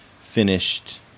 finished